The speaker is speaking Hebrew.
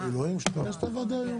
מצטרף לדברי חברי.